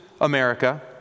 America